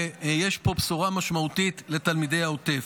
ויש פה בשורה משמעותית לתלמידי העוטף.